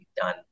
done